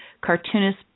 cartoonist